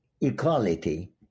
equality